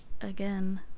again